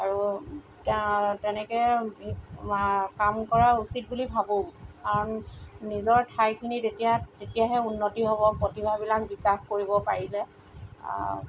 আৰু তেনেকৈ কাম কৰা উচিত বুলি ভাবোঁ কাৰণ নিজৰ ঠাইখিনিত এতিয়া তেতিয়াহে উন্নতি হ'ব প্ৰতিভাবিলাক বিকাশ কৰিব পাৰিলে